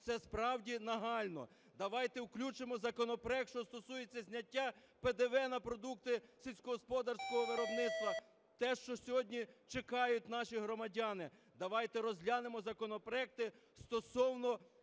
Це справді нагально. Давайте включимо законопроект, що стосується зняття ПДВ на продукти сільськогосподарського виробництва, те, що сьогодні чекають наші громадяни. Давайте розглянемо законопроекти стосовно